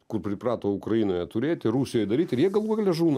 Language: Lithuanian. kur priprato ukrainoje turėti rusijoj daryti ir jie galų gale žūna